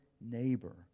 neighbor